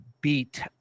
beat